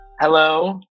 Hello